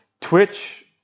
Twitch